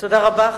תודה רבה.